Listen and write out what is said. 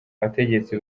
bategetsi